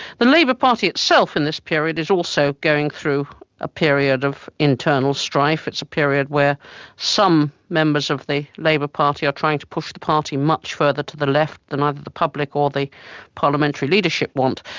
the labour party itself in this period is also going through a period of internal strife, it's a period where some members of the labour party are trying to push the party much further to the left than either the public or the parliamentary leadership want.